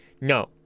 no